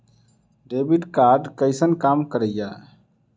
Debit card कैसन काम करेया?